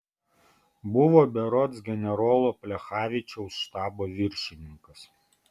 buvo berods generolo plechavičiaus štabo viršininkas